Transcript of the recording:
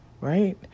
right